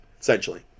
essentially